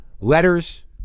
letters